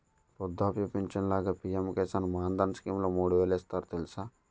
వృద్ధాప్య పించను లాగా పి.ఎం కిసాన్ మాన్ధన్ స్కీంలో మూడు వేలు ఇస్తారు తెలుసా?